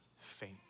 faint